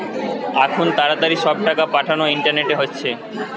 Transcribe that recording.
আখুন তাড়াতাড়ি সব টাকা পাঠানা ইন্টারনেটে হচ্ছে